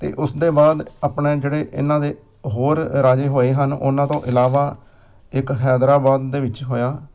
ਅਤੇ ਉਸਦੇ ਬਾਅਦ ਆਪਣੇ ਜਿਹੜੇ ਇਹਨਾਂ ਦੇ ਹੋਰ ਰਾਜੇ ਹੋਏ ਹਨ ਉਹਨਾਂ ਤੋਂ ਇਲਾਵਾ ਇੱਕ ਹੈਦਰਾਬਾਦ ਦੇ ਵਿੱਚ ਹੋਇਆ